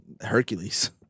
Hercules